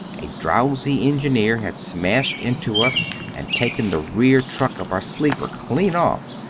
a drowsy engineer had smashed into us and taken the rear truck of our sleeper clean off,